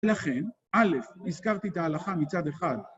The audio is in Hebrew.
לכן, א', הזכרתי את ההלכה מצד אחד.